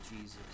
Jesus